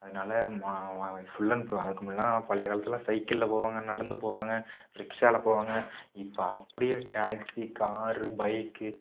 அதனால மா full and full அதுக்கு முன்னெலாம் பழைய காலத்தில் சைக்கிளில் போவாங்க நடந்து போவாங்க ரிக்ஷாவில் போவாங்க இப்போ அப்படியே டேக்சி காரு பைக்கு